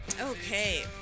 Okay